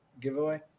giveaway